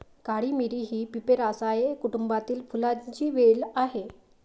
काळी मिरी ही पिपेरासाए कुटुंबातील फुलांची वेल आहे